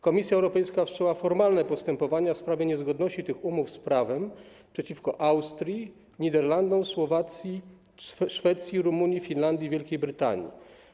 Komisja Europejska wszczęła formalne postępowania w sprawie niezgodności tych umów z prawem przeciwko Austrii, Niderlandom, Słowacji, Szwecji, Rumunii, Finlandii i Wielkiej Brytanii.